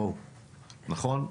נכון?